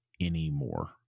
anymore